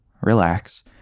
relax